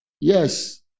Yes